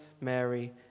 Mary